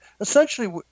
Essentially